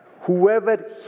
Whoever